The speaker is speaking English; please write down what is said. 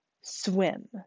swim